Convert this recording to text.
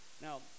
Now